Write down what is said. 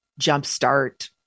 jumpstart